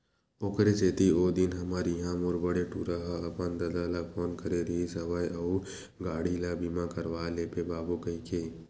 ओखरे सेती ओ दिन हमर इहाँ मोर बड़े टूरा ह अपन ददा ल फोन करे रिहिस हवय अउ गाड़ी ल बीमा करवा लेबे बाबू कहिके